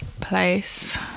place